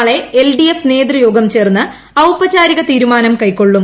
നാളെ എൽഡിഎഫ് നേതൃയോഗം ചേർന്ന് ഔപചാരിക തീരുമാനം കൈക്കൊള്ളും